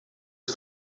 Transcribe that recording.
het